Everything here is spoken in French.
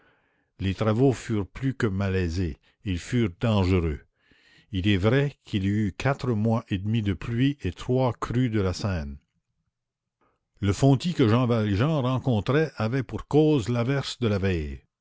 les travaux furent plus que malaisés ils furent dangereux il est vrai qu'il y eut quatre mois et demi de pluie et trois crues de la seine le fontis que jean valjean rencontrait avait pour cause l'averse de la veille